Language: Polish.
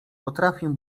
potrafię